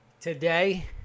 Today